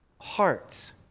hearts